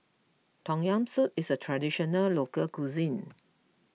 Tom Yam Soup is a Traditional Local Cuisine